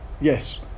Yes